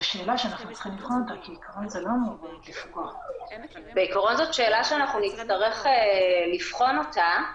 בעיקרון זאת שאלה שנצטרך לבחון אותה.